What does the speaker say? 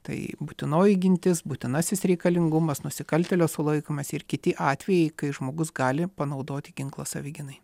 tai būtinoji gintis būtinasis reikalingumas nusikaltėlio sulaikymas ir kiti atvejai kai žmogus gali panaudoti ginklą savigynai